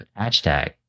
#Hashtag